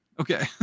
Okay